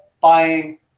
buying